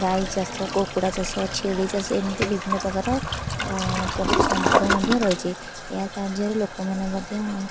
ଗାଈ ଚାଷ କୁକୁଡ଼ା ଚାଷ ଛେଳି ଚାଷ ଏମିତି ବିଭିନ୍ନ ପ୍ରକାର ପଶୁ ସମ୍ପଦ ମଧ୍ୟ ରହିଛି ଏହା ସାହାଯ୍ୟରେ ଲୋକମାନେ ମଧ୍ୟ